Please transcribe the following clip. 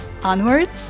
Onwards